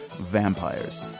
vampires